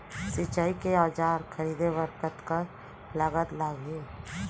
सिंचाई के औजार खरीदे बर कतका लागत लागही?